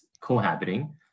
cohabiting